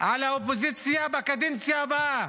על האופוזיציה בקדנציה הבאה,